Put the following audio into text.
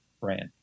brand